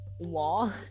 law